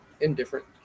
indifferent